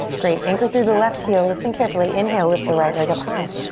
great, anchor through the left heel. listen carefully, inhale, lift the right leg up high.